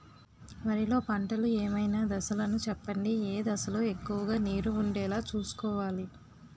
వరిలో పంటలు ఏమైన దశ లను చెప్పండి? ఏ దశ లొ ఎక్కువుగా నీరు వుండేలా చుస్కోవలి?